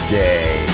day